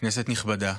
כנסת נכבדה,